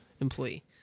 employee